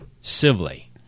civilly